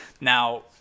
now